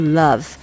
love